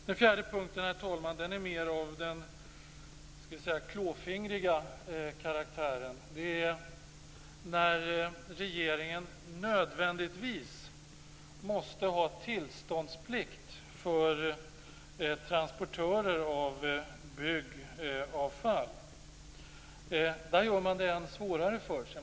Den fjärde punkten, herr talman, är mer av den klåfingriga karaktären. Det är när regeringen nödvändigtvis måste ha tillståndsplikt för transportörer av byggavfall. Där gör man det svårare för sig.